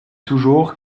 toujours